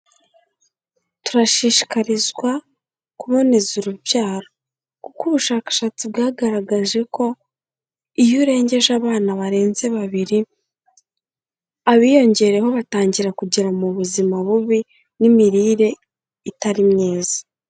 Turashishikarizwa kuboneza urubyaro kuko ubushakashatsi bwagaragaje ko iyo urengeje abana barenze babiri, abiyongereyeho batangira kugera mu buzima bubi n'imirire itari myiza.